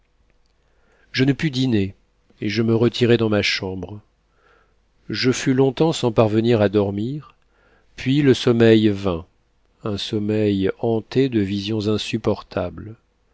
je ne pus dîner et je me retirai dans ma chambre je fus longtemps sans parvenir à dormir puis le sommeil vint un sommeil hanté de visions insupportables